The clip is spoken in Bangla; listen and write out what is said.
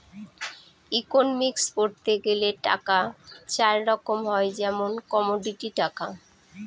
ইকোনমিক্স পড়তে গেলে টাকা চার রকম হয় যেমন কমোডিটি টাকা